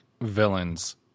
villains